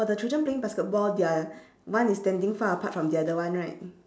for the children playing basketball they are one is standing far apart from the other one right